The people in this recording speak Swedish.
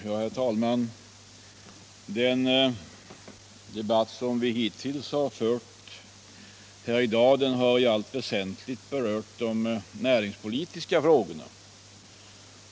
Herr talman! Den debatt som vi hittills i dag har fört här har i allt väsentligt berört de näringspolitiska frågorna.